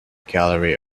gallery